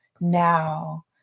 now